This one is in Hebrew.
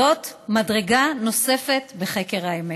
זאת מדרגה נוספת בחקר האמת.